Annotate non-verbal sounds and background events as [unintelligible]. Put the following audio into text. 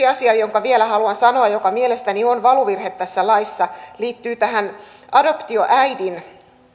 [unintelligible] asia jonka vielä haluan sanoa joka mielestäni on valuvirhe tässä laissa liittyy tähän adoptioäidin